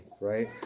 right